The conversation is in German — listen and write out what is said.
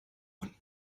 unten